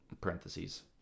parentheses